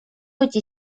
быть